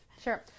sure